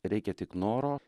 reikia tik noro